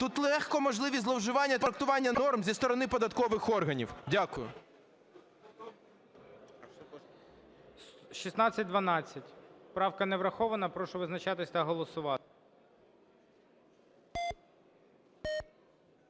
Тут легко можливі зловживання і трактування норм зі сторони податкових органів. Дякую. ГОЛОВУЮЧИЙ. 1612 правка не врахована. Прошу визначатися та голосувати.